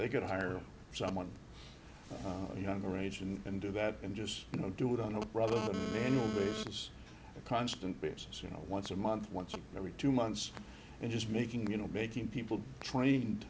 they could hire someone younger range and do that and just you know do it on a brother daniel was a constant basis you know once a month once every two months and just making you know making people trained